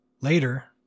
Later